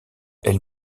elle